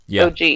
OG